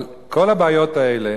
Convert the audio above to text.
אבל כל הבעיות האלה